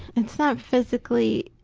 it's not physically,